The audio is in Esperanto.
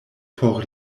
por